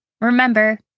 Remember